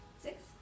Six